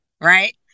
right